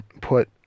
put